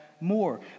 more